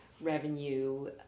revenue